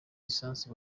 lisansi